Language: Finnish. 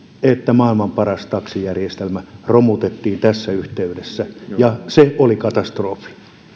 että maailman paras taksijärjestelmä romutettiin tässä yhteydessä se oli katastrofi